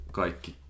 kaikki